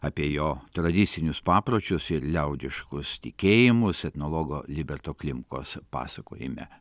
apie jo tradicinius papročius ir liaudiškus tikėjimus etnologo liberto klimkos pasakojime